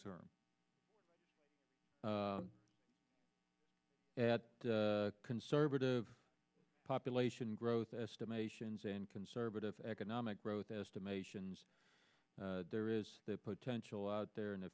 term at conservative population growth estimations and conservative economic growth estimations there is the potential out there in the